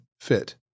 fit